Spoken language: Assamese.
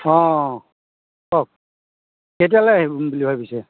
অঁ কওক কেতিয়ালে আহিম বুলি ভাবিছে